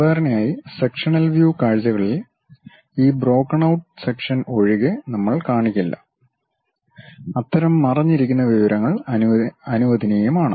സാധാരണയായി sectional view കാഴ്ചകളിൽ ഈ ബ്രോക്കൻ ഔട്ട് സെക്ഷൻ ഒഴികെ നമ്മൾ കാണിക്കില്ല അത്തരം മറഞ്ഞിരിക്കുന്ന വിവരങ്ങൾ അനുവദനീയമാണ്